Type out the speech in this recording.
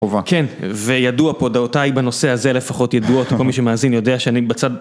כן, וידוע פה, דעותיי בנושא הזה לפחות ידועות, כל מי שמאזין יודע שאני בצד